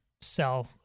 sell